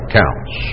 counts